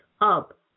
up